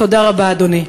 תודה רבה, אדוני.